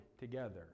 together